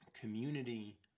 community